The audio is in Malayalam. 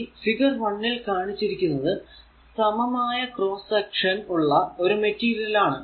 ഈ ഫിഗർ 1 ൽ കാണിച്ചിരിക്കുന്നത് സമമായ ക്രോസ്സ് സെക്ഷൻ ഉള്ള ഒരു മെറ്റീരിയൽ ആണ്